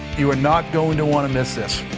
you are not going to want to miss this.